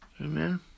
Amen